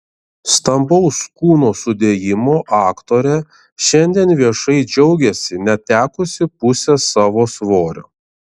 stambaus kūno sudėjimo aktorė šiandien viešai džiaugiasi netekusi pusės savo svorio